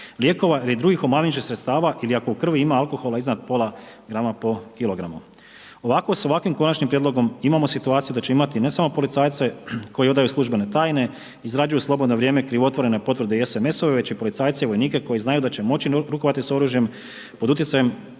lijekova ili drugih omamljujućih sredstava ili ako u krvi ima alkohola iznad pola grama po kilogramu. Ovako sa ovakvim Konačnim prijedlogom imamo situaciju da ćemo imati ne samo policajce koji odaju službene tajne, izrađuju u slobodno vrijeme krivotvorene potvrde i SMS-ove, već i policajce i vojnike koji znaju da će moći rukovati s oružjem pod utjecajem